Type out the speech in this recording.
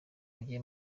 mujye